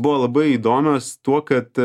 buvo labai įdomios tuo kad